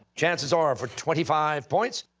chances ah are, for twenty five points.